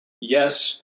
Yes